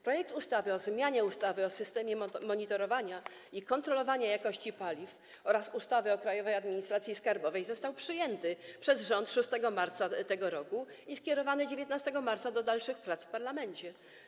Projekt ustawy o zmianie ustawy o systemie monitorowania i kontrolowania jakości paliw oraz ustawy o Krajowej Administracji Skarbowej został przyjęty przez rząd 6 marca tego roku i skierowany 19 marca do dalszych prac w parlamencie.